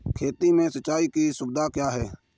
खेती में सिंचाई की सुविधा क्या है?